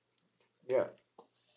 ya